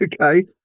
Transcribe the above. Okay